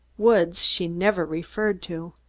woods she never referred to.